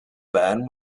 ban